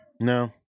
No